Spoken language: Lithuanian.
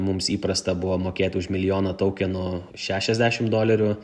mums įprasta buvo mokėt už milijoną toukenų šešiasdešimt dolerių